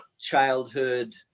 childhood